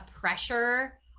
pressure